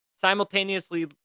Simultaneously